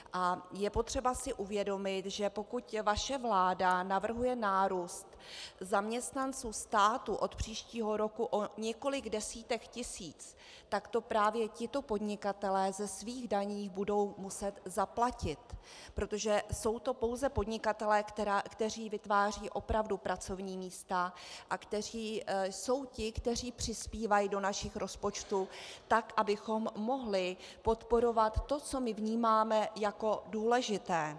A je potřeba si uvědomit, že pokud vaše vláda navrhuje nárůst zaměstnanců státu od příštího roku o několik desítek tisíc, tak to právě tito podnikatelé ze svých daní budou muset zaplatit, protože jsou to pouze podnikatelé, kteří vytvářejí opravdu pracovní místa, a jsou ti, kteří přispívají do našich rozpočtů tak, abychom mohli podporovat to, co my vnímáme jako důležité.